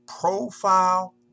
profile